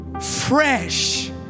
fresh